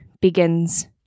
begins